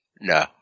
No